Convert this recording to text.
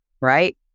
Right